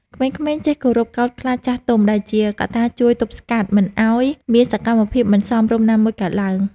ក្មេងៗចេះគោរពកោតខ្លាចចាស់ទុំ ដែលជាកត្តាជួយទប់ស្កាត់មិនឱ្យមានសកម្មភាពមិនសមរម្យណាមួយកើតឡើង។